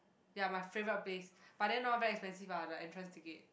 ya my favourite place but then hor very expensive ah the entrance ticket